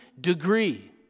degree